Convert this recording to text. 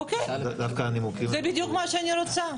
אוקיי, זה בדיוק מה שאני רוצה.